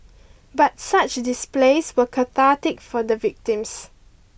but such displays were cathartic for the victims